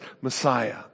Messiah